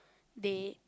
they